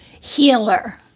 healer